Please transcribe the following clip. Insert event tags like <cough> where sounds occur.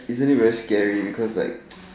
isn't it very scary because like <noise>